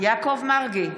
יעקב מרגי,